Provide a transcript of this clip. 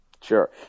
Sure